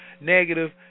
negative